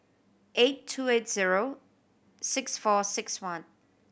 eight two eight zero six four six one